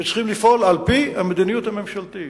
שצריכה לפעול על-פי המדיניות הממשלתית.